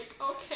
okay